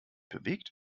bewegt